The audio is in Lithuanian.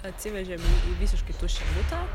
atsivežėm į į visiškai tuščią butą